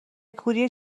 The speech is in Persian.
کوری